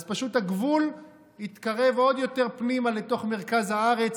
אז פשוט הגבול יתקרב עוד יותר פנימה לתוך מרכז הארץ,